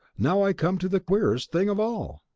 now i come to the queerest thing of all!